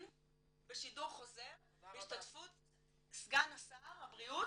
בשידור חוזר בהשתתפות סגן שר הבריאות